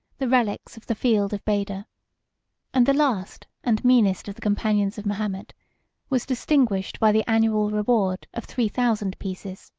the relics of the field of beder and the last and meanest of the companions of mahomet was distinguished by the annual reward of three thousand pieces.